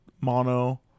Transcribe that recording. mono